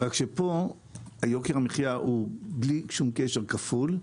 רק שפה יוקר המחיה הוא בלי שום קשר, הוא כפול,